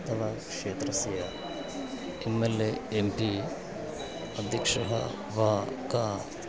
तव क्षेत्रस्य M L M P अध्यक्षः वा कः